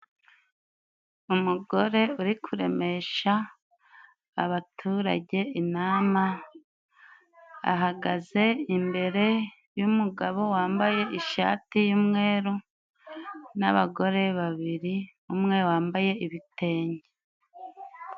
Umugore uri kuremesha abaturage inama, ahagaze imbere y'umugabo wambaye ishati y'umweru n'abagore babiri, umwe wambaye ibitenge.